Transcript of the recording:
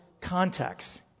context